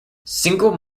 single